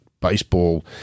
baseball